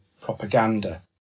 propaganda